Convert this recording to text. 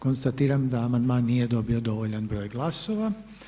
Konstatiram da amandman nije dobio dovoljan broj glasova.